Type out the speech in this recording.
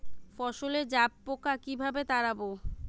ফসলে জাবপোকা কিভাবে তাড়াব?